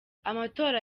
amatora